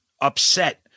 upset